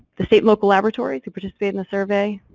the state local laboratories who participated in the survey,